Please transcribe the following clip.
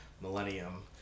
millennium